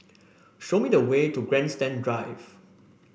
show me the way to Grandstand Drive